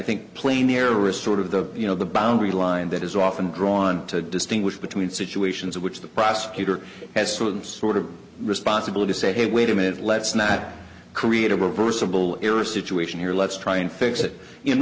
think plain there are risks out of the you know the boundary line that is often drawn to distinguish between situations in which the prosecutor has sort of the sort of responsibility to say hey wait a minute let's not create a reversible error situation here let's try and fix it in